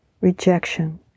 rejection